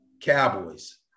Cowboys